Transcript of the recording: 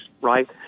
right